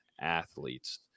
athletes